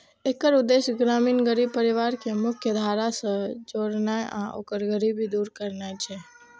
एकर उद्देश्य ग्रामीण गरीब परिवार कें मुख्यधारा सं जोड़नाय आ ओकर गरीबी दूर करनाय छै